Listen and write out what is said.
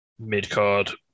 mid-card